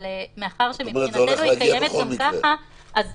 אבל מאחר שמבחינתנו היא קיימת גם ככה אנחנו